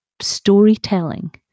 storytelling